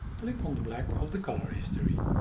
click on the black of the color history.